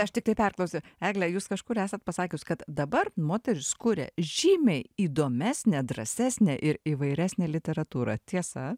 aš tiktai perklausiu egle jūs kažkur esat pasakius kad dabar moteris kuria žymiai įdomesnę drąsesnę ir įvairesnę literatūrą tiesa